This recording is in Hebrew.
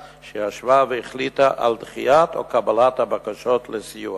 שישבה והחליטה על דחייה או קבלה של הבקשות לסיוע.